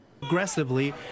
Aggressively